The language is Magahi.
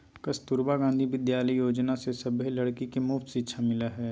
कस्तूरबा गांधी विद्यालय योजना से सभे लड़की के मुफ्त शिक्षा मिला हई